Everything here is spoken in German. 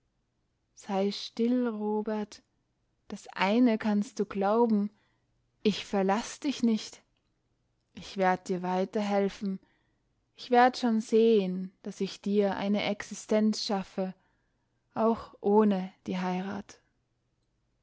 sei still robert das eine kannst du glauben ich verlaß dich nicht ich werd dir weiter helfen ich werd schon sehen daß ich dir eine existenz schaffe auch ohne die heirat